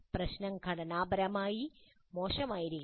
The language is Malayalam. പ്രശ്നം ഘടനാപരമായി മോശമായിരിക്കണം